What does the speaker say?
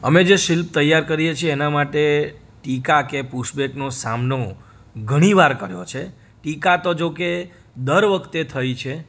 અમે જે શિલ્પ તૈયાર કરીએ છીએ એનાં માટે ટીકા કે પુશબેકનો સામનો ઘણી વાર કર્યો છે ટીકા તો જો કે દર વખતે થઈ છે